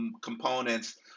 components